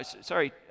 sorry